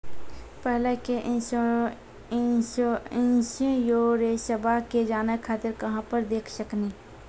पहले के इंश्योरेंसबा के जाने खातिर कहां पर देख सकनी?